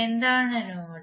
എന്താണ് നോഡ്